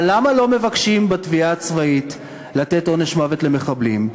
אבל למה לא מבקשים בתביעה הצבאית לתת עונש מוות למחבלים?